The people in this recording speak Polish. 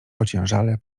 ociężale